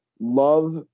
Love